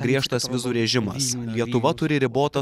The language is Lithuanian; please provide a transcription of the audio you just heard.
griežtas vizų režimas lietuva turi ribotą